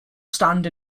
stand